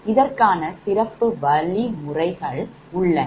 இதற்கான சிறப்பு வழிமுறைகள் உள்ளன